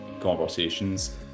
conversations